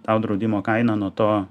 tau draudimo kaina nuo to